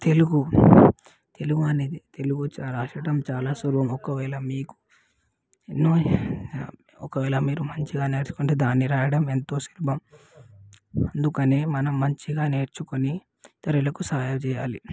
తెలుగు తెలుగు అనేది తెలుగు చ రాయడం చాలా సులువు ఒకవేళ మీకు ఎన్నో ఒకవేళ మీరు మంచిగా నేర్చుకుంటే దాన్ని రాయడం ఎంతో సులభం అందుకని మనం మంచిగా నేర్చుకొని ఇతరులకు సహాయం చేయాలి